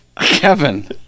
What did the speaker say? Kevin